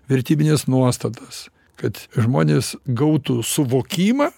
vertybines nuostatas kad žmonės gautų suvokimą